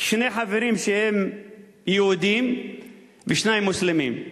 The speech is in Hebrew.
ויש שני חברים שהם יהודים ושניים מוסלמים.